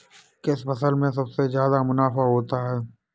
किस फसल में सबसे जादा मुनाफा होता है?